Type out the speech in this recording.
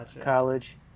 college